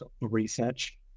research